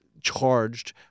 charged